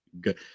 good